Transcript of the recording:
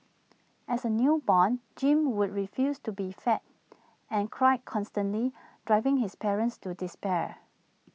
as A newborn Jim would refuse to be fed and cried constantly driving his parents to despair